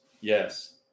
yes